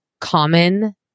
common